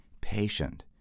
patient